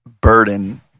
burden